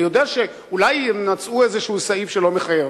אני יודע שאולי מצאו איזשהו סעיף שלא מחייב,